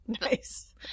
Nice